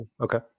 okay